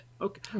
Okay